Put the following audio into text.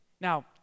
now